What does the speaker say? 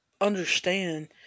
understand